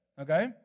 okay